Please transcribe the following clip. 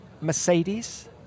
Mercedes